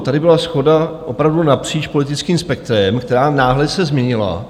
Tady byla shoda opravdu napříč politickým spektrem, která se náhle změnila.